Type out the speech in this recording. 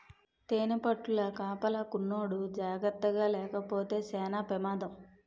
తేనిపట్టుల కాపలాకున్నోడు జాకర్తగాలేపోతే సేన పెమాదం